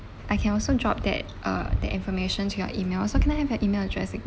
I can also drop that uh that information to your email so can I have your email address please